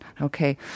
Okay